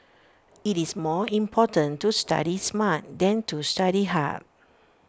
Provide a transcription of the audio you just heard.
IT is more important to study smart than to study hard